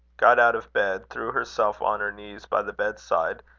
got out of bed, threw herself on her knees by the bedside,